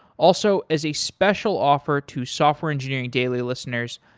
also, as a special offer to software engineering daily listeners,